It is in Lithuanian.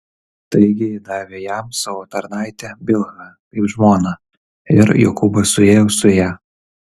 taigi ji davė jam savo tarnaitę bilhą kaip žmoną ir jokūbas suėjo su ja